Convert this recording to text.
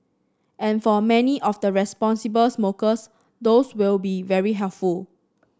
and for many of the responsible smokers those will be very helpful